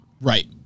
Right